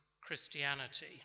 Christianity